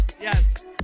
Yes